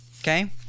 Okay